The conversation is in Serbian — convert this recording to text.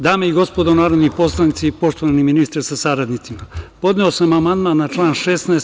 Dame i gospodo narodni poslanici, poštovani ministre sa saradnicima, podneo sam amandman na član 16.